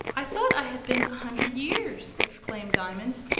i thought i had been a hundred years! exclaimed diamond.